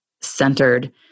centered